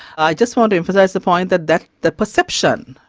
i just want to emphasise the point that that that perception,